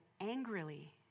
angrily